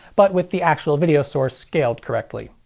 but with the actual video source scaled correctly.